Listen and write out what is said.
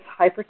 hypertension